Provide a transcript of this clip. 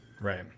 Right